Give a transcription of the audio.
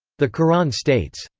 the quran states,